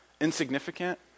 insignificant